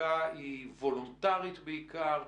ההדבקה היא וולונטרית בעיקר,